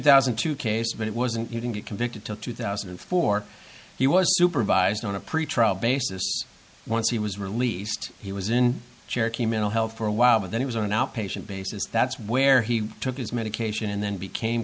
thousand and two case but it wasn't you can get convicted to two thousand and four he was supervised on a pretrial basis once he was released he was in cherokee mental health for a while but then he was on an outpatient basis that's where he took his medication and then became